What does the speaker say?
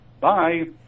bye